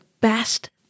best